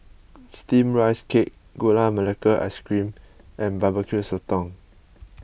Steamed Rice Cake Gula MelakaIce Cream and B B Q Sotong